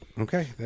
Okay